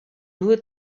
nur